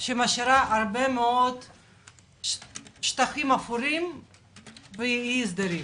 שמשאירה הרבה שטחים אפורים ואי סדרים.